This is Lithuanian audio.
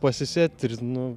pasisėt ir nu